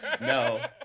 No